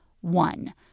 One